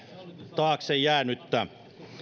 taaksejäänyttä